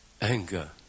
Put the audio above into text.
anger